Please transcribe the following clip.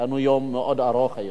לנו יום מאוד ארוך היום.